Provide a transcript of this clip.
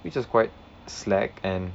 which was quite slack and